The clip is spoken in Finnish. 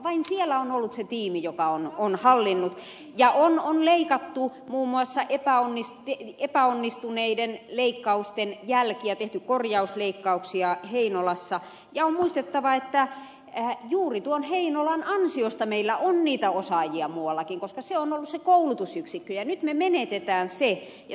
vain siellä on ollut se tiimi joka on hallinnut ja on korjattu muun muassa epäonnistuneiden leikkausten jälkiä tehty korjausleikkauksia heinolassa ja on muistettava että juuri tuon heinolan ansiosta meillä on niitä osaajia muuallakin koska se on ollut se koulutusyksikkö ja nyt me menetämme sen